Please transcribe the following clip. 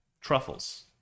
truffles